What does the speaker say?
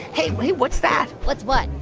hey, what's that? what's what?